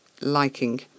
liking